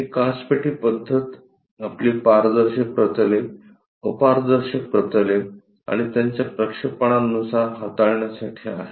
ही काचपेटी पद्धत आपली पारदर्शक प्रतले अपारदर्शक प्रतले आणि त्यांच्या प्रक्षेपणांनुसार हाताळण्यासाठी आहेत